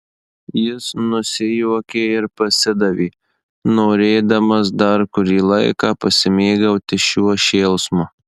jis nusijuokė ir pasidavė norėdamas dar kurį laiką pasimėgauti šiuo šėlsmu